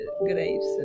graves